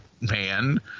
man